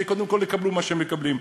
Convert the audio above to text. שקודם כול יקבלו מה שהם מקבלים.